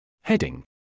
Heading